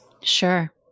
Sure